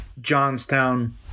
Johnstown